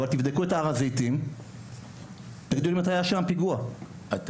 אבל אם תבדקו מתי היה פיגוע בהר הזיתים,